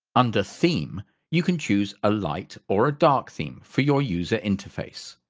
under theme you can choose a light or dark theme for your user interface.